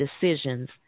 decisions